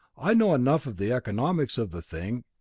i know enough of the economics of the thing,